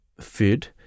food